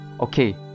okay